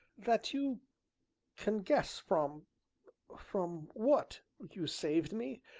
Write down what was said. that you can guess from from what you saved me,